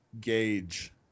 gauge